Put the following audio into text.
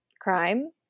crime